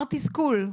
אמרת תסכול.